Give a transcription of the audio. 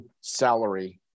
salary